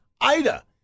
Ida